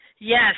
Yes